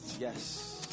Yes